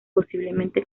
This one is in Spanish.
posiblemente